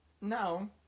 No